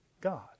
God